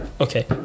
Okay